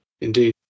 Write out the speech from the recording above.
Indeed